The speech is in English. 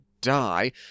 die